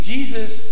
Jesus